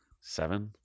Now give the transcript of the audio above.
seven